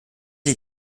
sie